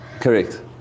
Correct